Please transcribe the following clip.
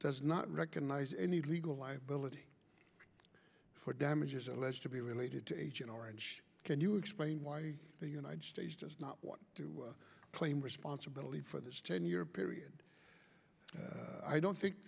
does not recognize any legal liability for damages alleged to be related to agent orange can you explain why the united states does not want to claim responsibility for this ten year period i don't